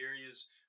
areas